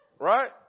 Right